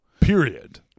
Period